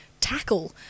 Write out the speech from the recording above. tackle